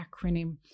acronym